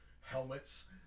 helmets